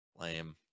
Lame